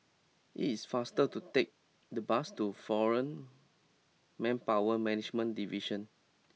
it is faster to take the bus to Foreign Manpower Management Division